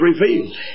revealed